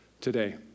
today